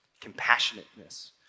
compassionateness